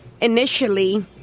initially